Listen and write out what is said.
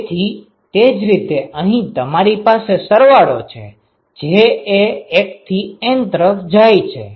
તેથી તેજ રીતે અહીં તમારી પાસે સરવાળો છે j એ 1 થી N તરફ જાય છે